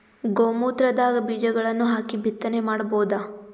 ಗೋ ಮೂತ್ರದಾಗ ಬೀಜಗಳನ್ನು ಹಾಕಿ ಬಿತ್ತನೆ ಮಾಡಬೋದ?